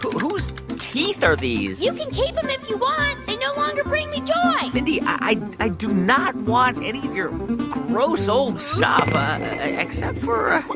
whose teeth are these? you can keep them if you want. they no longer bring me joy mindy, i i do not want any of your gross, old stuff except for.